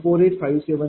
485738 0